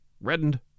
REDDENED